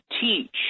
teach